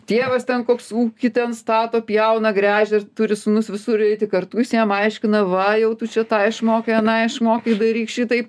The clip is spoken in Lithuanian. tėvas ten koks ūkį ten stato pjauna gręžia ir turi sūnus visur eiti kartu jis jam aiškina va jau tu čia tą išmokai aną išmokai daryk šitaip